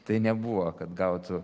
tai nebuvo kad gautų